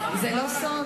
זה לא סוד,